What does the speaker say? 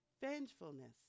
vengefulness